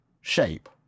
shape